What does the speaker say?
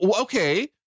Okay